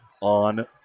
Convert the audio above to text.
on